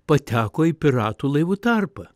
pateko į piratų laivų tarpą